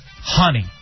Honey